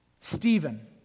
Stephen